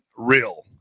real